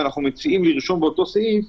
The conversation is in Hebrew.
ואנחנו מציעים לרשום באותו סעיף: